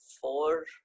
four